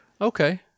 Okay